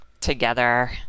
together